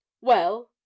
Well